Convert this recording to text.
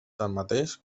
tanmateix